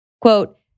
Quote